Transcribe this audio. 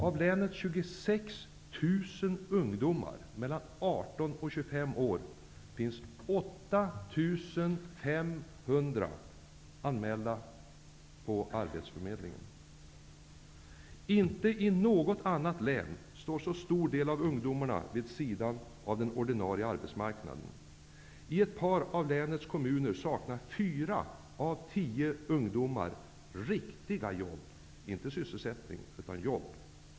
Av länets 26 000 ungdomar mellan 18 och 25 år finns 8 500 anmälda på arbetsförmedlingen. Inte i något annat län står så stor del av ungdomarna vid sidan av den ordinarie arbetsmarknaden. I ett par av länets kommuner saknar fyra av tio ungdomar riktiga jobb, inte sysselsättning utan jobb.